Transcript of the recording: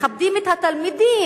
מכבדים את התלמידים,